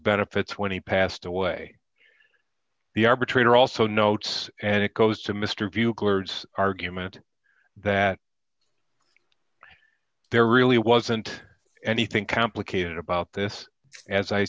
benefits when he passed away the arbitrator also notes and it goes to mr buglers argument that there really wasn't anything complicated about this as i